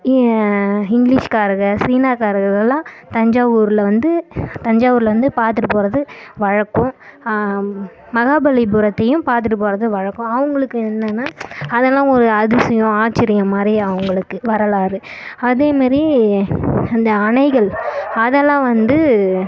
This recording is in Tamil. இங்கிலீஷ் காரர்கள் சீனா காரர்கள்லாம் தஞ்சாவூர்ல வந்து தஞ்சாவூர்ல வந்து பார்த்துட்டு போகிறது வழக்கம் மகாபலிபுரத்தையும் பார்த்துட்டு போகிறது வழக்கம் அவங்களுக்கு என்னென்னா அதெல்லாம் ஒரு அதிசயம் ஆச்சர்யம் மாதிரி அவங்களுக்கு வரலாறு அதே மாரி அந்த அணைகள் அதெல்லாம் வந்து